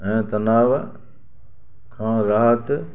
ऐं तनाउ खां राहत